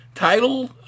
title